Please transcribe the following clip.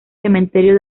cementerio